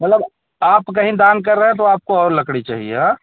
मतलब आप कहीं दान कर रहें तो आपको और लकड़ी चाहिए हाँ